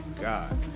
god